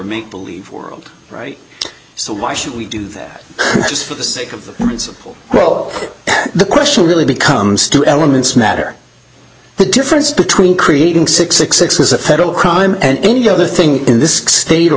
make believe world right so why should we do that just for the sake of the role the question really becomes two elements matter the difference between creating six six six was a federal crime and any other thing in this state or